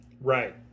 Right